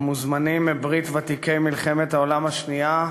המוזמנים מברית ותיקי מלחמת העולם השנייה,